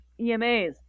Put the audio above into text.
EMAs